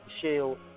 shield